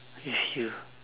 with you